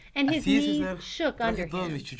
and his knees shook under him,